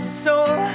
soul